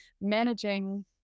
managing